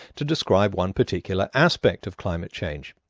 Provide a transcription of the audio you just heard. to describe one particular aspect of climate change.